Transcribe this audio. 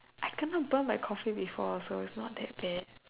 I kena burn by Coffee before also its not that bad